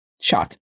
shock